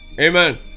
Amen